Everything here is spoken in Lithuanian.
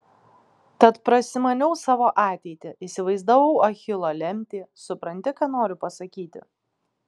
tad prasimaniau savo ateitį įsivaizdavau achilo lemtį supranti ką noriu pasakyti